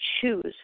choose